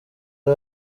ari